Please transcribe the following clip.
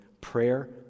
Prayer